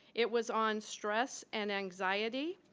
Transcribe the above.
it was on stress and anxiety.